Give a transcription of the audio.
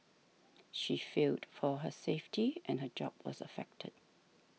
she feared for her safety and her job was affected